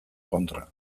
kontra